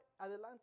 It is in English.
adelante